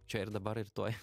čia ir dabar ir tuoj